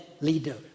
leader